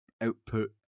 output